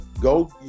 Go